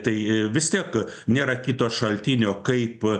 tai vis tiek nėra kito šaltinio kaip